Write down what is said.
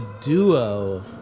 duo